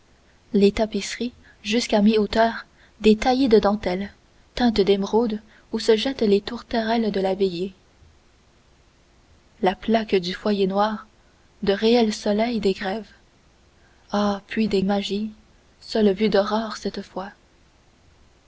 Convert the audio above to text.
les tapisseries jusqu'à mi-hauteur des taillis de dentelle teinte d'émeraude où se jettent les tourterelles de la veillée la plaque du foyer noir de réels soleils des grèves ah puits des magies seule vue d'aurore cette fois